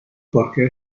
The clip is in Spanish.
porque